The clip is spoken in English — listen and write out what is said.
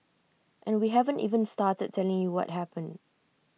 and we haven't even started telling you what happened